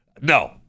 no